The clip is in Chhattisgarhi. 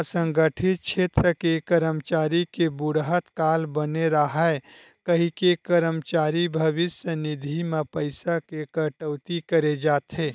असंगठित छेत्र के करमचारी के बुड़हत काल बने राहय कहिके करमचारी भविस्य निधि म पइसा के कटउती करे जाथे